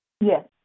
Yes